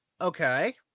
okay